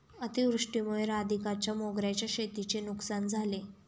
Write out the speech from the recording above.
अतिवृष्टीमुळे राधिकाच्या मोगऱ्याच्या शेतीची नुकसान झाले